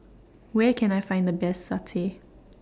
Where Can I Find The Best Satay